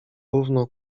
równo